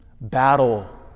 Battle